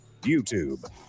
YouTube